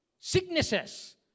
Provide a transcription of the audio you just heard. Sicknesses